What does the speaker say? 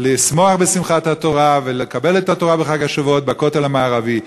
לשמוח בשמחת התורה ולקבל את התורה בחג השבועות בכותל המערבי.